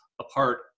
apart